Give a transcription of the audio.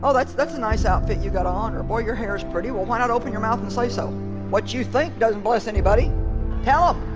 that's that's a nice outfit you got on or boy your hair is pretty well why not open your mouth and say so what you think doesn't bless anybody tell em